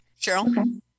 Cheryl